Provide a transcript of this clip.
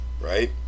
right